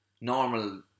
normal